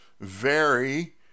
vary